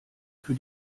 für